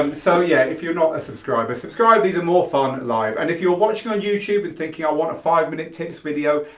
um so yeah if you're not a subscriber, subscribe, these are more fun live and if you are watching on youtube and thinking i want a five minute tips video,